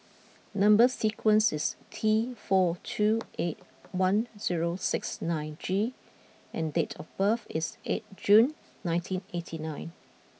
number sequence is T four two eight one zero six nine G and date of birth is eight June nineteen eighty nine